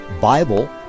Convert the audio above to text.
Bible